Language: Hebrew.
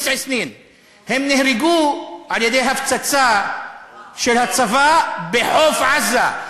(בערבית: תשע שנים); הם נהרגו על-ידי הפצצה של הצבא בחוף-עזה.